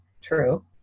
true